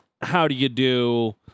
how-do-you-do